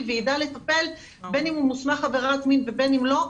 וידע לטפל בין אם הוא מוסמך עבירות מין ובין אם לא,